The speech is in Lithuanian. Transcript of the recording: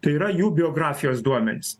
tai yra jų biografijos duomenys